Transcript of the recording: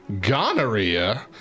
gonorrhea